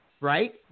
Right